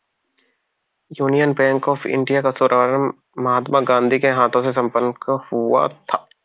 union bank of India का शुभारंभ महात्मा गांधी के हाथों से संपन्न हुआ था